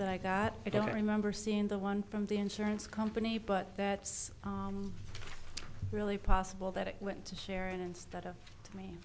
that i got i don't remember seeing the one from the insurance company but that's really possible that it went to sharon instead of me